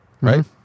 right